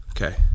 okay